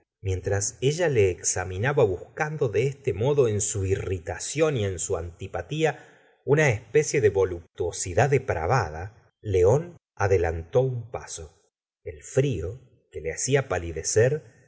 mientras ella le examinaba buscando de este modo en su irritación y en su antipatía una especie de voluptuosidad depravada león adelantó un paso el frío que le hacía palidecer